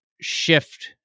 shift